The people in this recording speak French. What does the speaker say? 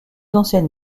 ancienne